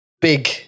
Big